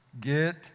Get